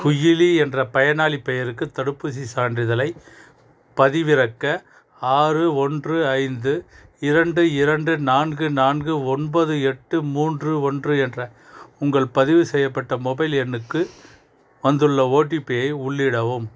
குயிலி என்ற பயனாளிப் பெயருக்கு தடுப்பூசிச் சான்றிதழை பதிவிறக்க ஆறு ஒன்று ஐந்து இரண்டு இரண்டு நான்கு நான்கு ஒன்பது எட்டு மூன்று ஒன்று என்ற உங்கள் பதிவு செய்யப்பட்ட மொபைல் எண்ணுக்கு வந்துள்ள ஓடிபிஐ உள்ளிடவும்